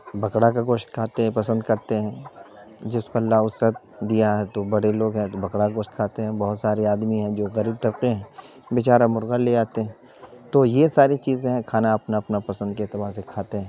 بکرا کا گوشت کھاتے ہیں پسند کرتے ہیں جس کو اللہ وسعت دیا ہے تو وہ برے لوگ ہیں تو بکڑا گوشت کھاتے ہیں بہت سارے آدمی ہیں جو غریب طبقے ہیں بےچارہ مرغا لے آتے ہیں تو یہ ساری چیزیں ہیں کھانا اپنا اپنا پسند کے اعتبار سے کھاتے ہیں